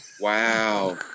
Wow